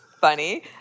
funny